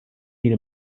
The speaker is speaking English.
beat